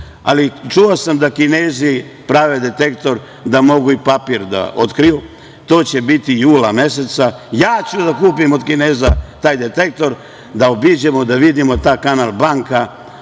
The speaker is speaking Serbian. ali čuo sam da Kinez prave detektor pa mogu i papir da otkriju, to će biti jula meseca. Ja ću da kupim od Kineza taj detektor, da obiđemo i da vidimo ta „kanal banka“